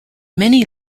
many